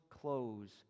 clothes